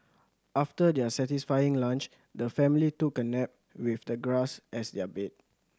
after their satisfying lunch the family took a nap with the grass as their bed